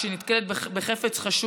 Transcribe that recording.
כשהיא נתקלת בחפץ חשוד,